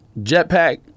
jetpack